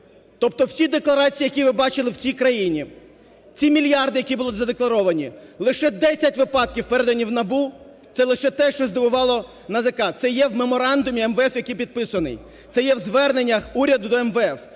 тобто всі декларації, які ви бачили в цій країні, ці мільярди, які були задекларовані, лише 10 випадків передані в НАБУ, це лише те, що здивувало НАЗК. Це є в меморандумі МВФ, який підписаний, це є у зверненнях уряду до МВФ.